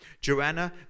joanna